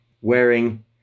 wearing